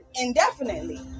indefinitely